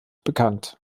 bekannt